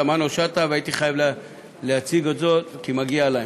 והייתי חייב להציג זאת, כי מגיע להם.